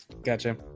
Gotcha